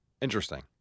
Interesting